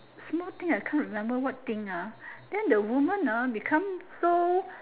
small thing I can't remember what thing ah then the woman ah become so